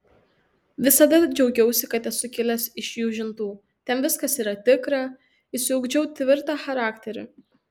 visada džiaugiausi kad esu kilęs iš jūžintų ten viskas yra tikra išsiugdžiau tvirtą charakterį